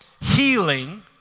healing